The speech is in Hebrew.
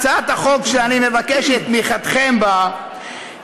הצעת החוק שאני מבקש את תמיכתכם בה היא